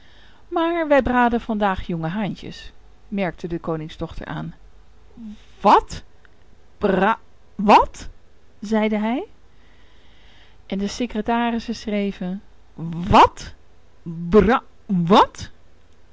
maar wij braden vandaag jonge haantjes merkte de koningsdochter aan wat bra wat zeide hij en de secretarissen schreven wat bra wat